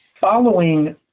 Following